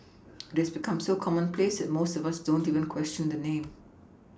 this become so commonplace that most of us don't even question the name